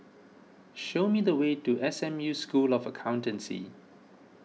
show me the way to S M U School of Accountancy